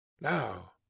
Now